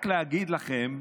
רק להגיד לכם.